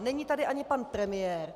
Není tady ani pan premiér.